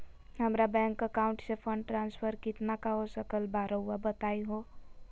हमरा bank account से fund transfer कितना का हो सकल बा रुआ बताई तो?